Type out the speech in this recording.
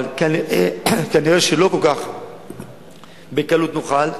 אבל נראה שלא כל כך בקלות נוכל,